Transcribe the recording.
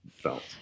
felt